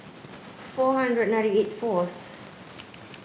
four hundred ninety eight fourth